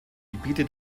gebiete